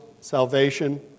salvation